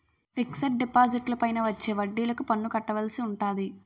fixed డిపాజిట్లపైన వచ్చే వడ్డిలకు పన్ను కట్టవలసి ఉంటాది